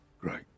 Great